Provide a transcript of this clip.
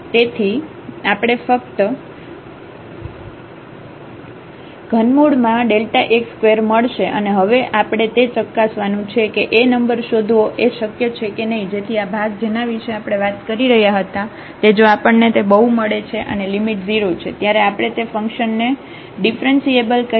તેથી આપણને ફક્ત 3Δx2 મળશે અને હવે હવે આપણે તે ચકાસવાનું છે કે A નંબર શોધવો એ શક્ય છે કે નહિ જેથી આ ભાગ જેના વિશે આપણે વાત કરી રહ્યા હતા તે જો આપણને તે બહુ મળે છે અને લિમિટ 0 છે ત્યારે આપણે તે ફંકશન ન ને ડિફરન્સીએબલ કહીશું